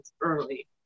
early